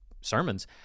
sermons